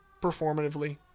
performatively